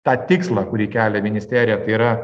tą tikslą kurį kelia ministerija tai yra